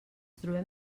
trobem